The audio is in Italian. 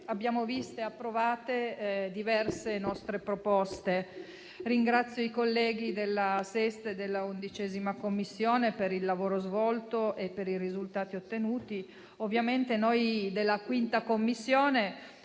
abbiamo viste approvate diverse nostre proposte. Ringrazio i colleghi della 6a e della 11a Commissione per il lavoro svolto e per i risultati ottenuti. Ovviamente noi della 5a Commissione